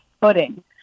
footing